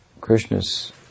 Krishna's